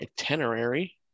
Itinerary